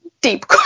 deep